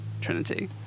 Trinity